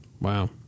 Wow